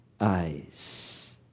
eyes